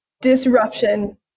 disruption